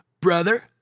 brother